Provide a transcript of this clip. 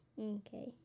Okay